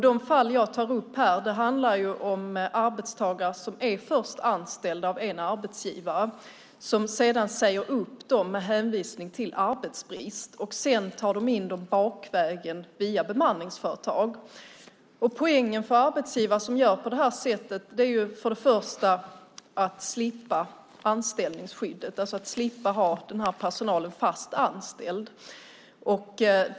De fall jag tar upp gäller arbetstagare som först är anställda av en arbetsgivare som säger upp dem med hänvisning till arbetsbrist och sedan tas in bakvägen via bemanningsföretag. Poängen för arbetsgivare som gör så är att de slipper anställningsskyddet; de slipper att ha personalen fast anställd.